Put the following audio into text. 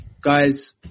guys